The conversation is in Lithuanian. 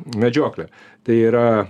medžioklę tai yra